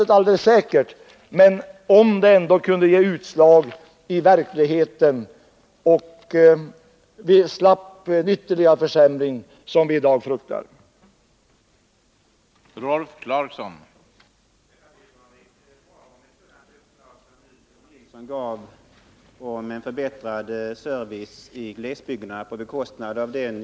Min förhoppning är att det skall ge utslag i verkligheten, så att ytterligare försämringar, som man fruktar, kan undvikas.